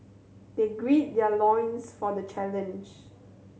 they gird their loins for the challenge